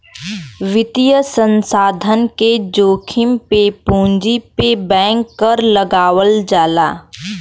वित्तीय संस्थान के जोखिम पे पूंजी पे बैंक कर लगावल जाला